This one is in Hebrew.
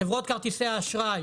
חברות כרטיסי האשראי,